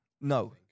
No